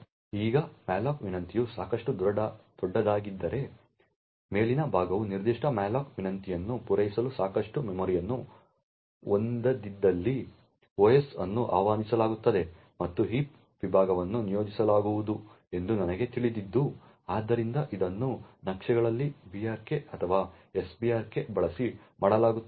ಈಗ malloc ವಿನಂತಿಯು ಸಾಕಷ್ಟು ದೊಡ್ಡದಾಗಿದ್ದರೆ ಮೇಲಿನ ಭಾಗವು ನಿರ್ದಿಷ್ಟ malloc ವಿನಂತಿಯನ್ನು ಪೂರೈಸಲು ಸಾಕಷ್ಟು ಮೆಮೊರಿಯನ್ನು ಹೊಂದಿಲ್ಲದಿದ್ದರೆ OS ಅನ್ನು ಆಹ್ವಾನಿಸಲಾಗುತ್ತದೆ ಮತ್ತು ಹೀಪ್ ವಿಭಾಗವನ್ನು ನಿಯೋಜಿಸಲಾಗುವುದು ಎಂದು ನನಗೆ ತಿಳಿದಿತ್ತು ಆದ್ದರಿಂದ ಇದನ್ನು ನಕ್ಷೆಗಳಲ್ಲಿ brk ಅಥವಾ sbrk ಬಳಸಿ ಮಾಡಲಾಗುತ್ತದೆ